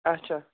اچھا